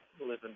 living